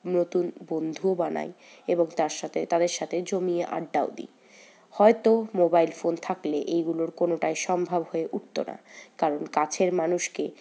নতুন বন্ধুও বানাই এবং তার সাথে তাদের সাথে জমিয়ে আড্ডাও দিই হয়তো মোবাইল ফোন থাকলে এইগুলোর কোনোটাই সম্ভব হয়ে উঠতো না কারণ কাছের মানুষকে